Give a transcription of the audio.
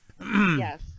Yes